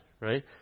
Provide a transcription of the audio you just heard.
Right